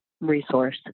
resource